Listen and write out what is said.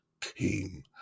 team